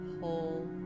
Whole